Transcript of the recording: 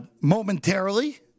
momentarily